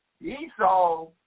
Esau